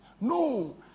No